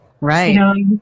Right